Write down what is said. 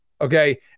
Okay